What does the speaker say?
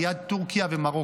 ליד טורקיה ומרוקו.